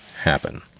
happen